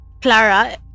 clara